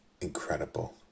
incredible